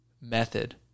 method